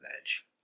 Edge